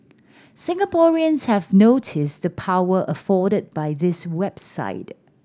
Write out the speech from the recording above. Singaporeans have noticed the power afforded by this website